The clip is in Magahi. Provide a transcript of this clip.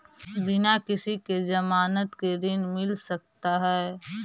बिना किसी के ज़मानत के ऋण मिल सकता है?